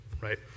right